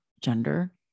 gender